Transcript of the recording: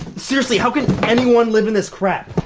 seriously, how can anyone live in this crap?